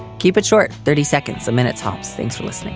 keep it short. thirty seconds a minute, tops. thanks for listening